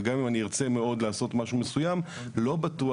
וגם אם אני ארצה מאוד לעשות משהו מסוים, לא בטוח